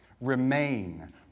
Remain